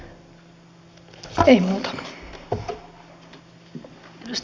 ei muuta